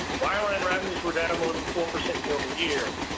wireline revenues were down more than four percent year-over-year.